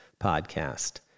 podcast